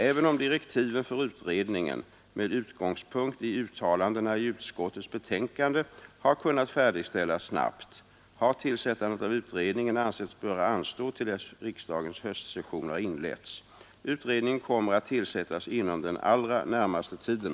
Även om direktiven för utredningen med utgångspunkt i uttalandena i utskottets betänkande har kunnat färdigställas snabbt, har tillsättandet av utredningen ansetts böra anstå till dess riksdagens höstsession har inletts. Utredningen kommer att tillsättas inom den allra närmaste tiden.